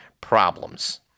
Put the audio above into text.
problems